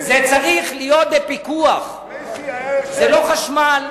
זה צריך להיות בפיקוח, זה לא חשמל.